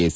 S